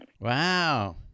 Wow